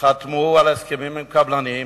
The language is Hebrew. חתמו על הסכמים עם קבלנים,